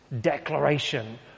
declaration